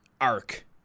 arc